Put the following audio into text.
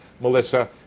Melissa